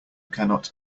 cannot